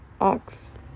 ox